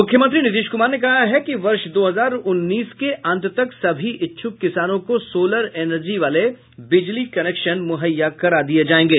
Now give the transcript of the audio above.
मुख्यमंत्री नीतीश कुमार ने कहा है कि वर्ष दो हजार उन्नीस के अंत तक सभी इच्छ्क किसानों को सोलर एनर्जी वाले बिजली कनेक्शन मुहैया करा दिये जायेंगे